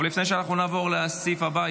לפני שאנחנו נעבור לסעיף הבא,